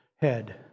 head